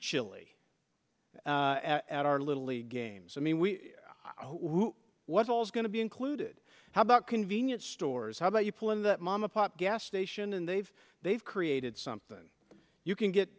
chili at our little league games i mean we was always going to be included how about convenience stores how about you pull in the mom and pop gas station and they've they've created something you can get